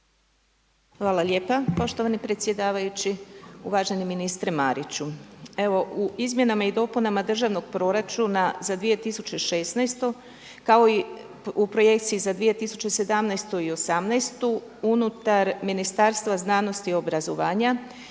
Hvala lijepa poštovani predsjedavajući. Uvaženi ministre Mariću. Evo u izmjenama i dopunama državnog proračuna za 2016. kao i projekciji za 2017. i 2018. unutar Ministarstva znanosti i obrazovanja